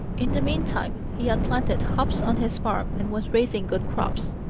in the mean-time he had planted hops on his farm and was raising good crops.